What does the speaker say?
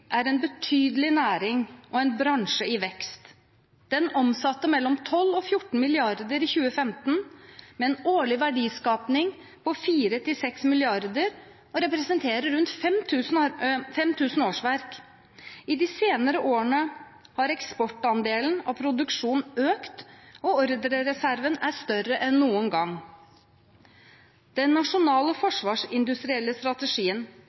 er en betydelig næring og en bransje i vekst. Den omsatte for mellom 12 og14 mrd. kr i 2015, med en årlig verdiskapning på 4–6 mrd. kr, og representerer rundt 5 000 årsverk. I de senere årene har eksportandelen av produksjonen økt, og ordrereserven er større enn noen gang. Den nasjonale forsvarsindustrielle strategien